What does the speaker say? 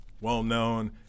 well-known